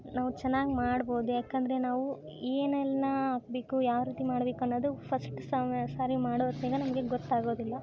ನಾವು ಚೆನ್ನಾಗಿ ಮಾಡ್ಬೋದು ಯಾಕಂದರೆ ನಾವು ಏನೆಲ್ಲ ಹಾಕ್ಬೇಕು ಯಾವ ರೀತಿ ಮಾಡ್ಬೇಕು ಅನ್ನೋದು ಫಸ್ಟ್ ಸಾಮೆ ಸರಿ ಮಾಡೋ ಹೊತ್ನ್ಯಾಗ ನಮಗೆ ಗೊತ್ತಾಗೋದಿಲ್ಲ